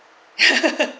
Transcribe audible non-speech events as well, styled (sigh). (laughs)